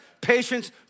patience